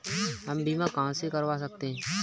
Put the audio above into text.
हम बीमा कहां से करवा सकते हैं?